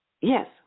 yes